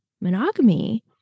monogamy